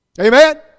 Amen